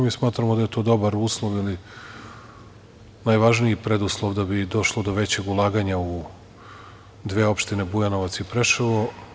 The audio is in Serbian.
Smatramo da je to dobar uslov ili najvažniji preduslov da bi došlo do većeg ulaganja u dve opštine Bujanovac i Preševo.